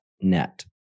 net